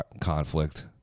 conflict